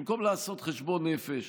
במקום לעשות חשבון נפש,